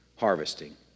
Harvesting